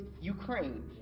Ukraine